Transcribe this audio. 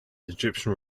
egyptian